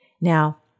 Now